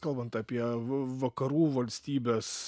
kalbant apie vakarų valstybes